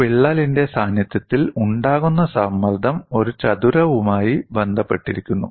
ഒരു വിള്ളലിന്റെ സാന്നിധ്യത്തിൽ ഉണ്ടാകുന്ന സമ്മർദ്ദം ഒരു ചതുരവുമായി ബന്ധപ്പെട്ടിരിക്കുന്നു